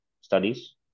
studies